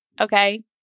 Okay